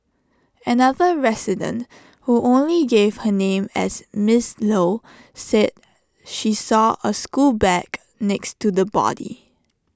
another resident who only gave her name as miss low said she saw A school bag next to the body